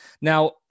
Now